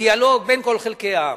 ודיאלוג בין כל חלקי העם.